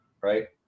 Right